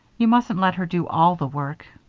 you mustn't let her do all the work.